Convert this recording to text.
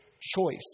choice